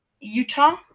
Utah